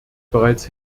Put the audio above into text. bereits